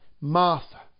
Martha